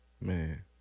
Man